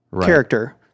character